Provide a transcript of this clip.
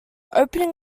opening